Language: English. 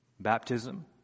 Baptism